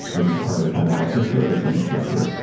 is this part of kind of like the service infrastructure?